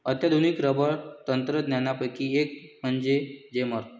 अत्याधुनिक रबर तंत्रज्ञानापैकी एक म्हणजे जेमर